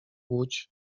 łódź